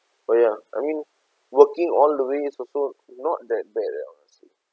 oh ya I mean working all the way is also not that bad lah honestly